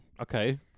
Okay